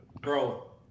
Bro